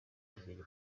imirimo